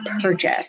purchase